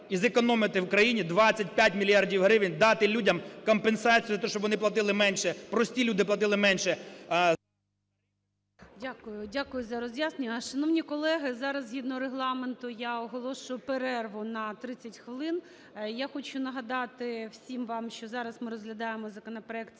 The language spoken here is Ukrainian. і зекономити в країні 25 мільярдів гривень, дати людям компенсацію, щоб вони платили менше. Прості люди платили менше… ГОЛОВУЮЧИЙ. Дякую, дякую за роз'яснення. Шановні колеги, зараз згідно Регламенту я оголошую перерву на 30 хвилин. Я хочу нагадати всім вам, що зараз ми розглядаємо законопроект